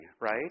right